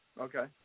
Okay